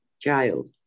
child